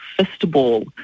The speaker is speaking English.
Fistball